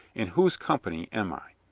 in whose company am i?